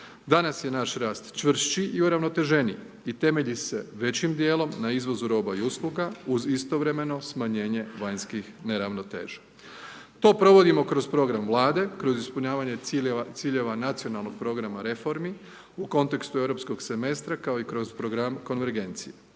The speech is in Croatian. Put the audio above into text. Danas je naš rast čvršći i uravnoteženiji i temelji se većim dijelom na izvozu roba i usluga uz istovremeno smanjenje vanjskih neravnoteža. To provodimo kroz program Vlade, kroz ispunjavanje ciljeva Nacionalnog programa reformi u kontekstu europskog semestra, kao i kroz Program konvergencije.